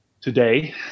today